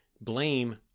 blame